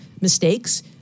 mistakes